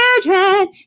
children